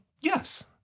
yes